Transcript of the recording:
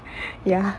ya